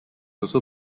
also